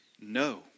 no